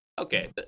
Okay